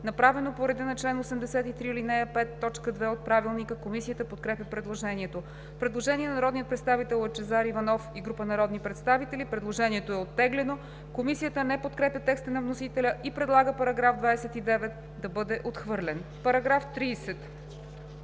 направено по реда на чл. 83, ал. 3, т. 2 от Правилника. Комисията подкрепя предложението. Предложение на народния представител Лъчезар Иванов и група народни представители. Предложението е оттеглено. Комисията не подкрепя текста на вносителя и предлага § 29 да бъде отхвърлен. По § 30